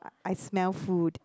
I smell food